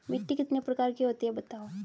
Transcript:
मिट्टी कितने प्रकार की होती हैं बताओ?